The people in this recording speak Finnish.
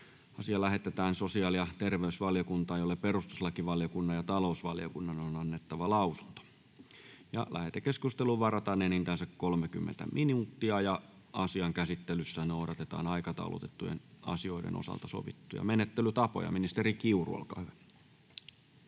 asia lähetetään sosiaali- ja terveysvaliokuntaan, jolle perustuslakivaliokunnan ja talousvaliokunnan on annettava lausunto. Lähetekeskusteluun varataan enintään 30 minuuttia. Asian käsittelyssä noudatetaan aikataulutettujen asioiden osalta sovittuja menettelytapoja. — Ministeri Kiuru, olkaa hyvä.